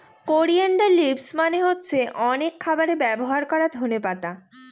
coriander leaves মানে হচ্ছে অনেক খাবারে ব্যবহার করা ধনে পাতা